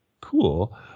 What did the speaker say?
cool